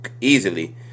Easily